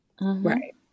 Right